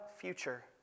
future